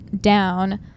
down